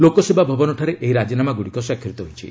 ଲୋକସେବା ଭବନଠାରେ ଏହି ରାଜିନାମାଗୁଡ଼ିକ ସ୍ୱାକ୍ଷରିତ ହୋଇଛି